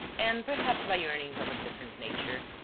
and perhaps by earnings of a different nature.